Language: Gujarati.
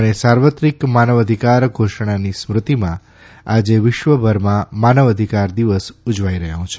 અને સાર્વત્રિક માનવ અધિકાર ઘોષણાની સ્મૃતિમાં આજે વિશ્વભરમાં માનવ અધિકાર દિવસ ઉજવાઇ રહ્યો છે